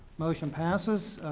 motion passes.